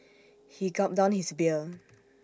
he gulped down his beer